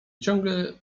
ciągle